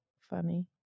Funny